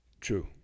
True